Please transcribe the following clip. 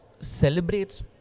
celebrates